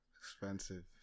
expensive